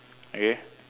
okay